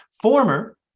Former